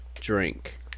drink